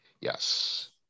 Yes